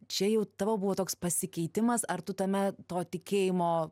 čia jau tavo buvo toks pasikeitimas ar tu tame to tikėjimo